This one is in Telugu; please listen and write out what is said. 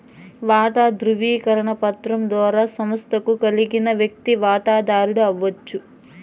వాటా దృవీకరణ పత్రం ద్వారా సంస్తకు కలిగిన వ్యక్తి వాటదారుడు అవచ్చు